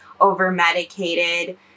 over-medicated